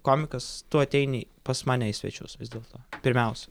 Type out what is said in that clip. komikas tu ateini pas mane į svečius vis dėlto pirmiausia